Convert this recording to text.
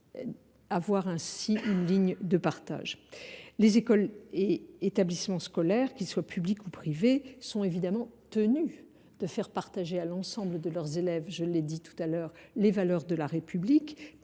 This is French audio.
peut être la ligne de partage. Les écoles et établissements scolaires, qu’ils soient publics ou privés, sont évidemment tenus de faire partager à l’ensemble de leurs élèves, je l’ai dit tout à l’heure, les valeurs de la République,